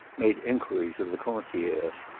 made enquiries of the concierge.